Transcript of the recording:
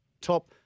top